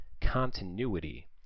continuity